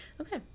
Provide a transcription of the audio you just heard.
Okay